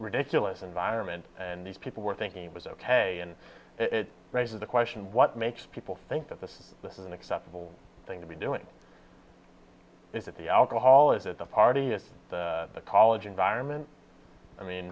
ridiculous environment and these people were thinking it was ok and it raises the question what makes people think that this is this is an acceptable thing to be doing this at the alcohol is that the party this is the college environment i mean